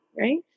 right